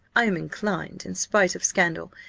i am inclined, in spite of scandal,